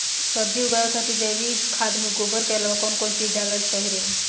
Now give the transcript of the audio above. सब्जी उगावे खातिर जैविक खाद मे गोबर के अलाव कौन कौन चीज़ डालल सही रही?